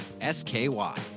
s-k-y